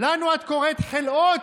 לנו את קוראת "חלאות"?